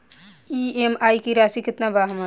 EMI की राशि केतना बा हमर?